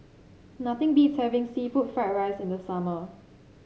nothing beats having seafood Fried Rice in the summer